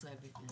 ישראל ביתנו.